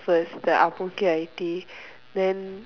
first the I_T_E then